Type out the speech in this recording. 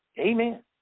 Amen